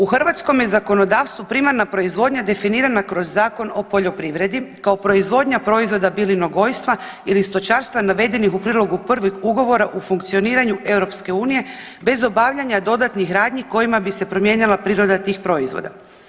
U hrvatskom je zakonodavstvu primarna proizvodnja definirana kroz Zakon o poljoprivredi kao proizvodnja proizvoda bilinogojstva ili stočarstva navedenih u prilogu 1 ugovora u funkcioniranja EU bez obavljanja dodatnih radnji kojima bi se promijenila priroda tih proizvoda.